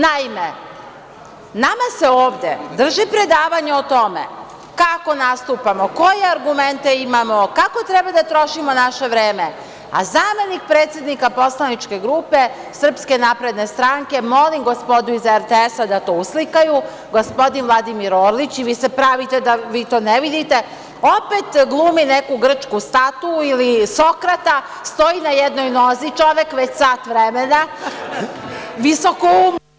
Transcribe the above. Naime, nama se ovde drže predavanja o tome kako nastupamo, koje argumente imamo, kako treba da trošimo naše vreme, a zamenik predsednika poslaničke grupe SNS, molim gospodu iz RTS-a da to uslikaju, gospodin Vladimir Orlić, i vi se pravite da to ne vidite, opet glumi neku grčku statuu ili Sokrata, stoji na jednoj nozi čovek već sat vremena, visokoumno…